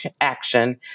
action